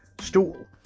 stool